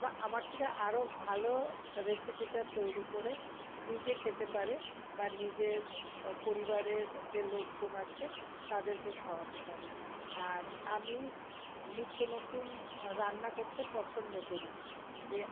বা আমার থেকে আরও ভালো রেসিপিটা তৈরি করে নিজে খেতে পারে বা নিজের পরিবারের যে লোকজন আছে তাদেরকে খাওয়াতে পারে আর আমি নিত্য নতুন রান্না করতে পছন্দ করি যে